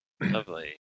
Lovely